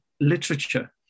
literature